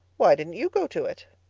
why didn't you go to it?